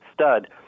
stud